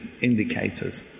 indicators